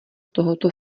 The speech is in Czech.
tohoto